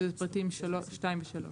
שזה פרטים 2 ו-3.